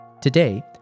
Today